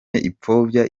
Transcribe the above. ipfobya